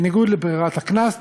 בניגוד לברירת הקנס,